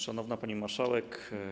Szanowna Pani Marszałek!